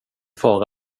far